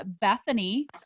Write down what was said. Bethany